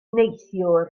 neithiwr